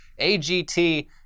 AGT